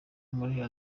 muri